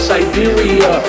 Siberia